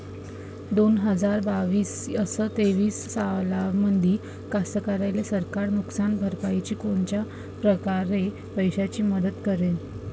दोन हजार बावीस अस तेवीस सालामंदी कास्तकाराइले सरकार नुकसान भरपाईची कोनच्या परकारे पैशाची मदत करेन?